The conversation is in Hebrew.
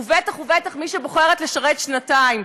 בטח ובטח מי שבוחרת לשרת שנתיים.